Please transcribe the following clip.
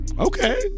Okay